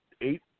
eight